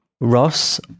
Ross